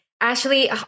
Ashley